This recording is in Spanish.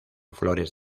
flores